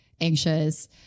anxious